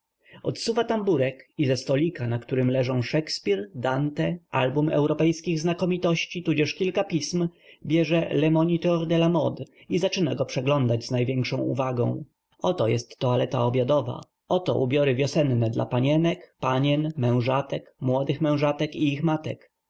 odsuwa tamburek i ze stolika na którym leżą szekspir dante album europejskich znakomitości tudzież kilka pism bierze le moniteur de la mode i zaczyna go przeglądać z największą uwagą oto jest toaleta obiadowa oto ubiory wiosenne dla panienek panien mężatek młodych mężatek i ich matek